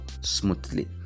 smoothly